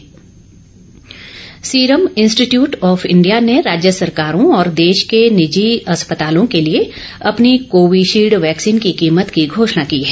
vaccine कीमत Serum Institute of India ने राज्य सरकारों और देश के निजी अस्पतालों के लिए अपनी कोविशील्ड वैक्सीन की कीमत की घोषणा की है